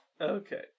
Okay